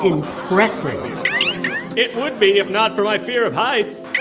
impressive it would be if not for my fear of heights.